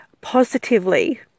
positively